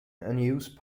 unused